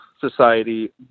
society